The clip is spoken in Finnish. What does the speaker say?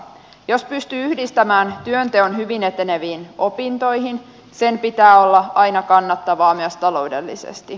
jos pystyy yhdistämään työnteon hyvin eteneviin opintoihin sen pitää olla aina kannattavaa myös taloudellisesti